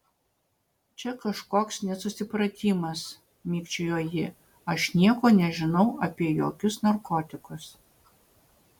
čia kažkoks nesusipratimas mikčiojo ji aš nieko nežinau apie jokius narkotikus